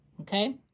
Okay